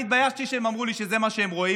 אני התביישתי שהם אמרו לי שזה מה שהם רואים,